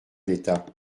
d’état